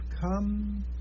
come